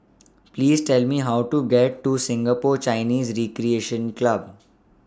Please Tell Me How to get to Singapore Chinese Recreation Club